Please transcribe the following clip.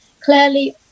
Clearly